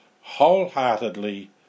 wholeheartedly